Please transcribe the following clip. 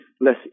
less